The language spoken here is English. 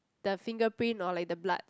the fingerprint or like the blood